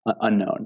unknown